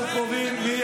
שקוראים לך אמסלם?